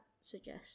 suggest